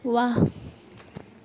वाह